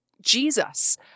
Jesus